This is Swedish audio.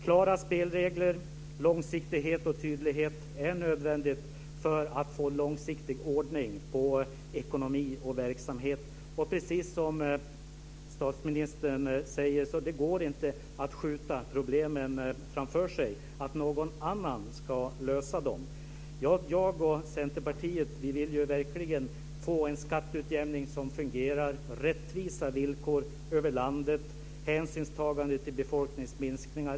Klara spelregler, långsiktighet och tydlighet är nödvändigt för att få långsiktig ordning på ekonomi och verksamhet, och precis som statsministern säger går det inte att skjuta problemen framför sig och tro att någon annan ska lösa dem. Jag och Centerpartiet vill verkligen få en skatteutjämning som fungerar, rättvisa villkor över landet och hänsynstagande till befolkningsminskningar.